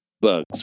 bugs